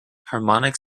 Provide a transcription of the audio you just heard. harmonic